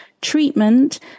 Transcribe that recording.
treatment